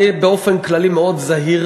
באמונתי אני באופן כללי מאוד זהיר,